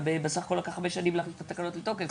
אבל בסך הכול לקח חמש שנים להכניס את התקנות לתוקף.